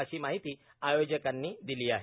अशी माहिती आयोजकांनी दिली आहे